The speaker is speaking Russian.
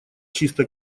чисто